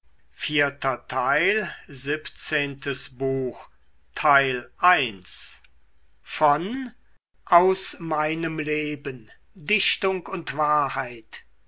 goethe aus meinem leben dichtung und wahrheit